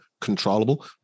controllable